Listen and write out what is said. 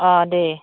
अ दे